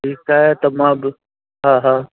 ठीकु आहे त मां बि हा हा